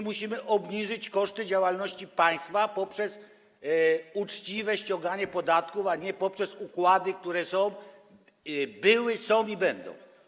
Musimy obniżyć koszty działalności państwa poprzez uczciwe ściąganie podatków, a nie poprzez układy, które były, są i będą.